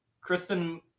Kristen